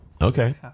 okay